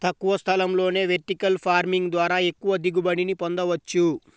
తక్కువ స్థలంలోనే vertical farming ద్వారా ఎక్కువ దిగుబడిని పొందవచ్చు